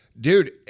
Dude